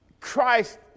Christ